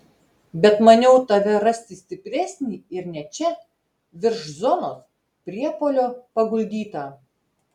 bet maniau tave rasti stipresnį ir ne čia virš zonos priepuolio paguldytą